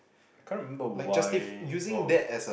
I can't remember why oh